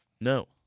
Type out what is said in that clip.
No